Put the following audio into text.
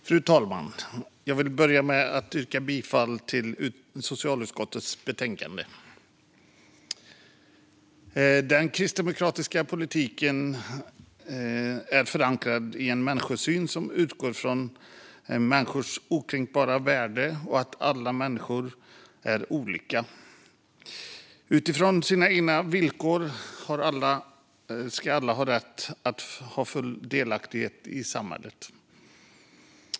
Fru talman! Jag yrkar bifall till socialutskottets förslag. Den kristdemokratiska politiken är förankrad i en människosyn som utgår från människans okränkbara värde och att alla människor är olika. Utifrån sina egna villkor ska alla ha rätt till full delaktighet i samhället.